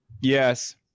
Yes